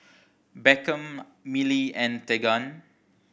Beckham Millie and Tegan